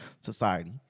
society